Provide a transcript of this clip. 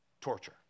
Torture